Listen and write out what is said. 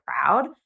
proud